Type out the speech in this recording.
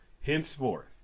henceforth